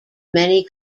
many